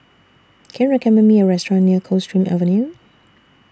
Can YOU recommend Me A Restaurant near Coldstream Avenue